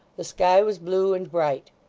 the sky was blue and bright.